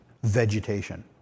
vegetation